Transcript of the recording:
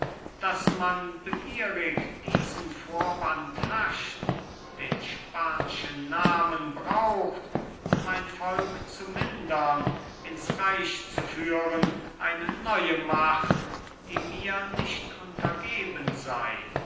daß man begierig diesen vorwand hascht den spanschen namen braucht mein volk zu mindern ins reich zu führen eine neue macht die mir nicht untergeben sei